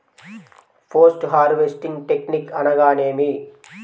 Post harvesting technique అనగా నేమి?